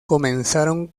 comenzaron